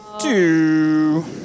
two